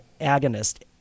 agonist